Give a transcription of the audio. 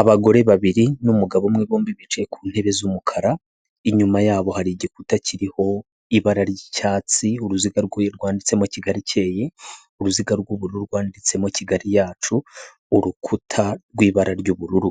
Abagore babiri n'umugabo umwe bombi bicaye ku ntebe z'umukara, inyuma yabo hari igikuta kiriho ibara ry'icyatsi, uruziga rwe rwanditsemo Kigali ikeye, uruziga rw'ubururu rwanditsemo Kigali yacu, urukuta rw'ibara ry'ubururu.